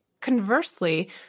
Conversely